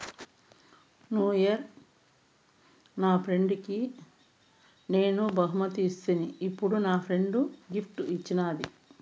new year నా ఫ్రెండ్కి నేను బహుమతి ఇస్తిని, ఇప్పుడు నా ఫ్రెండ్ గిఫ్ట్ ఇచ్చిన్నాది